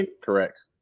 Correct